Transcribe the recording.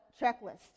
checklist